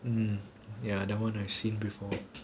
mm ya that one I've seen before